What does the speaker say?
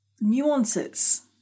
nuances